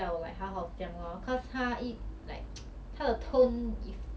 so 不可以一定要 like 好好讲话 not say 斯文 but just